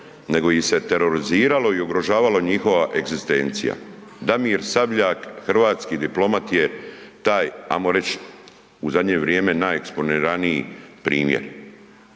nego ih se teroriziralo i ugrožavala njihova egzistencija. Damir Sabljak hrvatski diplomat je taj, ajmo reć, u zadnje vrijeme najeksponiraniji primjer.